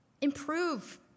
improve